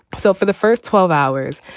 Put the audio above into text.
so for the first twelve hours,